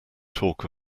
talk